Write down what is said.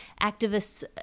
activists